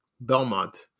Belmont